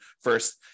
first